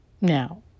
now